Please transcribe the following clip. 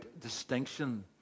distinction